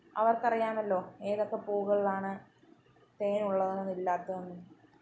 അവർക്കറിയമല്ലോ ഏതൊക്കെ പൂക്കളിലാണ് തേനുള്ളതെന്നും ഇല്ലാത്തതെന്നും